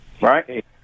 Right